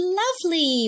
lovely